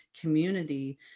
community